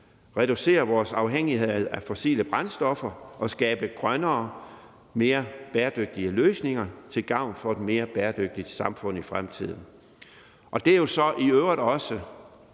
reducere vores afhængighed af fossile brændstoffer og skabe grønnere og mere bæredygtige løsninger til gavn for et mere bæredygtigt samfund i fremtiden. Det er jo så i øvrigt også